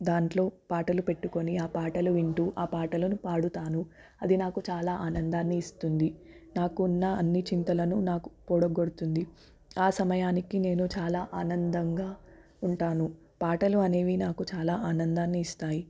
దాంట్లో పాటలు పెట్టుకొని ఆ పాటలు వింటూ ఆ పాటలను పాడుతాను అది నాకు చాలా ఆనందాన్ని ఇస్తుంది నాకు ఉన్న అన్ని చింతలను నాకు పొగోడుతుంది ఆ సమయానికి నేను చాలా ఆనందంగా ఉంటాను పాటలు అనేవి నాకు చాలా ఆనందాన్ని ఇస్తాయి